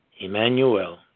Emmanuel